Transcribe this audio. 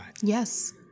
yes